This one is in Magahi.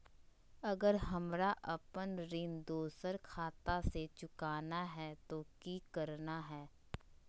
अगर हमरा अपन ऋण दोसर खाता से चुकाना है तो कि करना है?